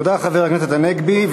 תודה, חבר הכנסת הנגבי.